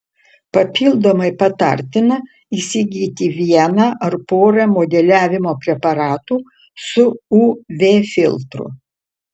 papildomai patartina įsigyti vieną ar porą modeliavimo preparatų su uv filtru